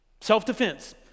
Self-defense